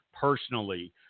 personally